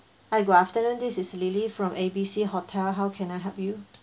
hi good afternoon this is lily from A B C hotel how can I help you